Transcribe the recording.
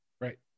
Right